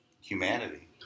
humanity